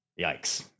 yikes